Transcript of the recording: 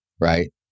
right